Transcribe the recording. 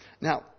Now